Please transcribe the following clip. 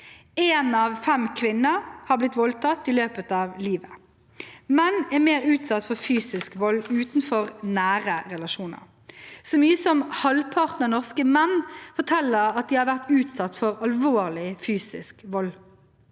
En av fem kvinner har blitt voldtatt i løpet av livet. Menn er mer utsatt for fysisk vold utenfor nære relasjoner. Så mange som halvparten av norske menn forteller at de har vært utsatt for alvorlig fysisk vold.